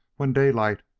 when daylight,